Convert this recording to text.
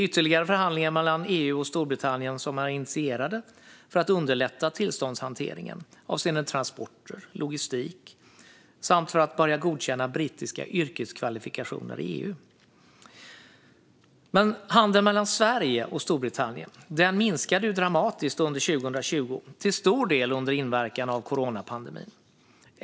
Ytterligare förhandlingar mellan EU och Storbritannien har inletts för att underlätta tillståndshanteringen avseende transporter och logistik samt för att börja godkänna brittiska yrkeskvalifikationer i EU. Handeln mellan Sverige och Storbritannien minskade dramatiskt under 2020, till stor del under inverkan av coronapandemin.